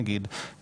נגיד,